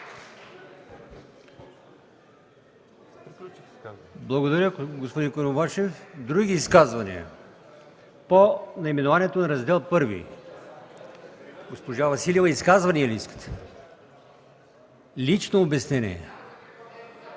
Благодаря, господин Курумбашев. Други изказвания по наименованието на Раздел І? Госпожо Василева, изказване ли искате? Лично обяснение